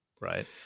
Right